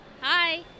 Hi